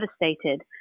devastated